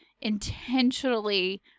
intentionally